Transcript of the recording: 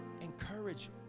Encourage